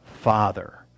Father